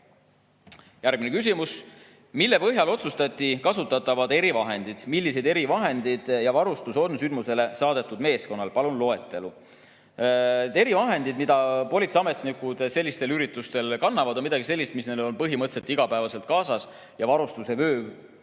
Järgmine küsimus: "Mille põhjal otsustati kasutatavad erivahendid? Millised erivahendid ja varustus oli sündmusele saadetud meeskonnal? Palun loetelu." Erivahendid, mida politseiametnikud sellistel üritustel kannavad, on midagi sellist, mis neil on põhimõtteliselt igapäevaselt kaasas ja varustusevöö